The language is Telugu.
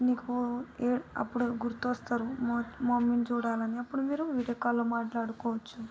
మీకు ఏప్ అప్పుడు గుర్తొస్తారు మ మమ్మీని చూడాలని అప్పుడు మీరు వీడియో కాల్లో మాట్లాడుకోవచ్చు